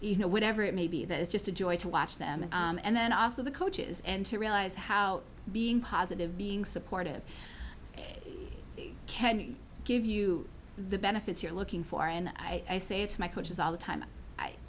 you know whatever it may be that is just a joy to watch them and then also the coaches and to realize how being positive being supportive can you give you the benefits you're looking for and i say to my coaches all the time i